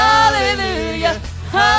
Hallelujah